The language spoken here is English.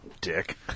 dick